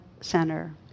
Center